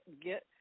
Get